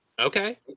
Okay